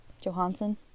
Johansson